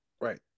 right